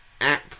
app